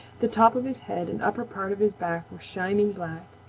the top of his head and upper part of his back were shining black.